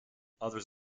others